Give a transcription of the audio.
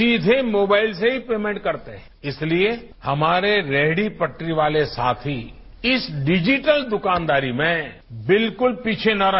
सीधे मोबाइल से ही पेमेंट करते है इसलिए हमारे रेहड़ी पटरी वाले साथी इस डिजिटल दुकानदारी में बिल्कुल पीछे न रहे